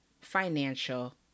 financial